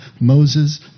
Moses